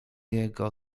jego